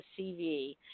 CV